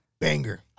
Banger